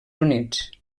units